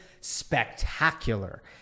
spectacular